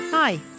Hi